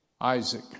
Isaac